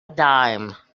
dime